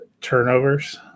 turnovers